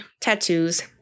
tattoos